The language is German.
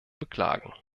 beklagen